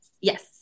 Yes